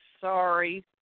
sorry